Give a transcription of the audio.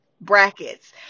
brackets